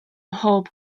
mhob